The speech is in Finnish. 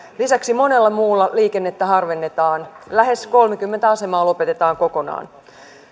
lisäksi monella muulla liikennettä harvennetaan lähes kolmekymmentä asemaa lopetetaan kokonaan